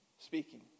Speaking